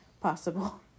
possible